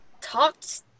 talked